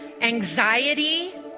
anxiety